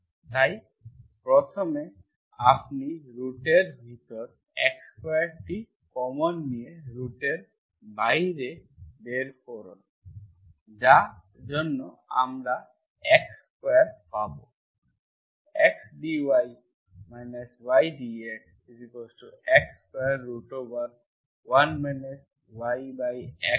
তাই প্রথমে আপনি রুট এর ভিতরের x2 টি কমন নিয়ে রুটের বাহিরে বের করুন যার জন্য আমরা x স্কোয়ার পাব x dy y dxx21 yx2 dx